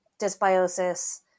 dysbiosis